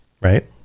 right